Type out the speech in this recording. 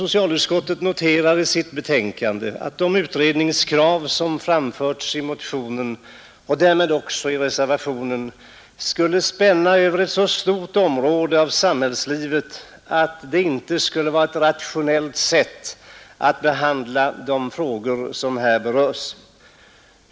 Socialutskottet noterar i sitt betänkande att en utredning av det slag som krävs i motionen och därmed också i reservationen skulle spänna över ett så stort område av samhällslivet att det inte skulle vara ett rationellt sätt att behandla de frågor som här berörs.